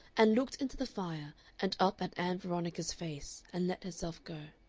and looked into the fire and up at ann veronica's face, and let herself go.